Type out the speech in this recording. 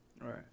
right